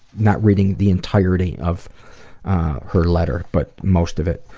not reading the entirety of her letter but most of it.